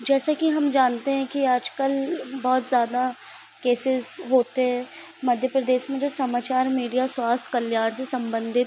जैसे कि हम जानते हैं कि आजकल बहुत ज़्यादा केसेस होते है मध्य प्रदेश में जो समाचार मीडिया स्वास्थ्य कल्याण से संबंधित